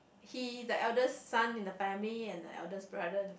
he is the eldest son the family and the eldest brother